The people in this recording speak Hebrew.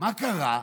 מה קרה?